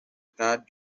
car